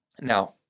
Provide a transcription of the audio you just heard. Now